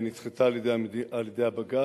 נדחתה על-ידי בג"ץ.